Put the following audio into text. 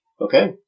Okay